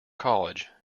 college